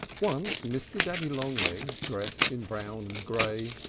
once mr. daddy long-legs, dressed in brown and gray,